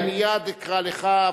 אני מייד אקרא לך,